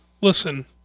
listen